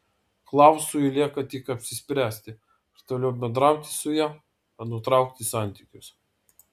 klausui lieka tik apsispręsti ar toliau bendrauti su ja ar nutraukti santykius